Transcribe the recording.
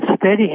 steady